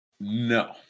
No